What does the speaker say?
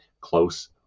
close